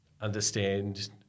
understand